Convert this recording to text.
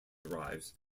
arrives